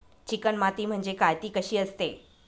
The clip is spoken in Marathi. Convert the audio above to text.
चिकण माती म्हणजे काय? ति कशी असते?